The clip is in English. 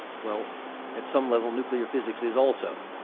well at some level nuclear physics is also.